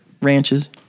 ranches